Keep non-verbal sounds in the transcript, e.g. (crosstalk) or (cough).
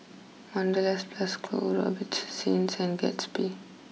Wanderlust Plus Co Robitussin (unintelligible) and Gatsby